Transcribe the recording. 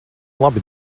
labi